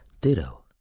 Ditto